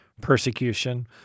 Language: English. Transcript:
persecution